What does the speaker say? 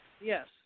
yes